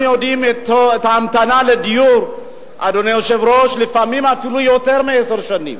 אנחנו יודעים שלפעמים ההמתנה לדיור היא אפילו יותר מעשר שנים.